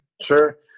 sure